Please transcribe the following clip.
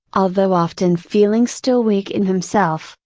although often feeling still weak in himself,